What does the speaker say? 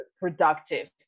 productive